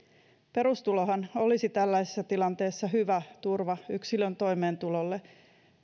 perustulohan olisi tällaisessa tilanteessa hyvä turva yksilön toimeentulolle